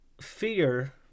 fear